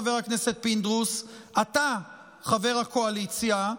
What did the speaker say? חבר הכנסת פינדרוס: אתה חבר הקואליציה,